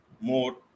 more